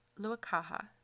luakaha